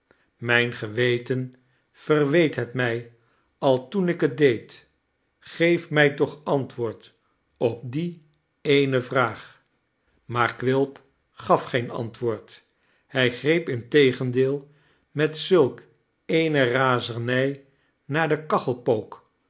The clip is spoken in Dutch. mijn geweten verweet het mij al toen ik het deed geef mij toch antwoord op die eene vraag maar quilp gaf geen antwoord hij greep integendeel met zulk eene razernij naar den